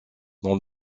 dans